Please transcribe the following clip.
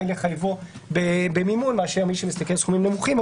לחייבו במימון מאשר מי שמשתכר סכומים נמוכים.